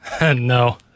no